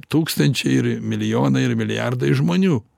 tūkstančiai ir milijonai ir milijardai žmonių